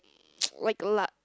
like la~